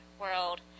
world